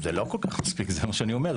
זה לא כל כך מספיק, זה מה שאני אומר.